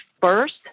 first